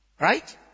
Right